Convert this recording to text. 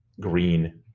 green